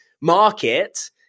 market